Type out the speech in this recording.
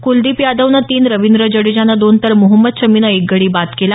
कुलदीप यादवनं तीन रविंद्र जडेजानं दोन तर मोहम्मद शमीनं एक गडी बाद केला